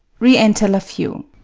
re-enter lafeu